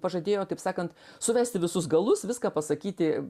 pažadėjo taip sakant suvesti visus galus viską pasakyti